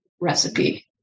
recipe